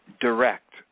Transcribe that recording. direct